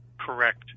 Correct